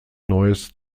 neues